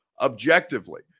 objectively